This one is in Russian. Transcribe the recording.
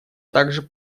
также